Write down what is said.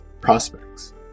prospects